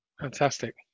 Fantastic